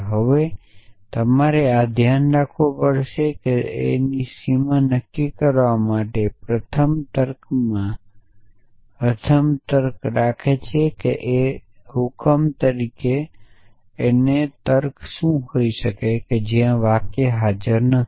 હવે તમારે આ ધ્યાનમાં રાખવું જ જોઇએ કે સીમાને નક્કી કરવા માટે પ્રથમ ક્રમમાં તર્ક રાખે છે પ્રથમ હુકમ તર્ક શું પ્રથમ ઓર્ડર તર્કનુંહોઈ શકે છે જેનાં વાક્યો નથી